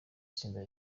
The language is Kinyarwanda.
itsinda